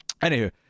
anywho